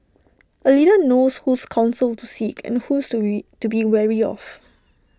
A leader knows whose counsel to seek and whose to be wary of